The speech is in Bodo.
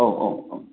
औ औ औ